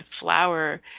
flower